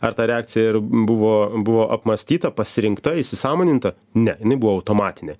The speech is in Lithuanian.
ar ta reakcija ir buvo buvo apmąstyta pasirinkta įsisąmoninta ne jinai buvo automatinė